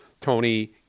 Tony